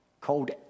called